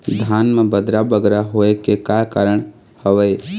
धान म बदरा बगरा होय के का कारण का हवए?